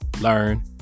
learn